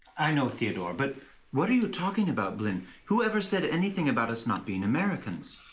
i know, theodore. but what are you talking about, blynn? whoever said anything about us not being americans?